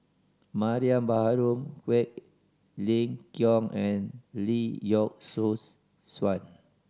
Mariam Baharom Quek Ling Kiong and Lee Yock Suan